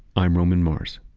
i'm roman mars